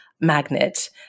magnet